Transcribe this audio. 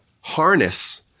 harness